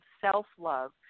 self-love